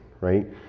right